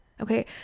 okay